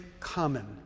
common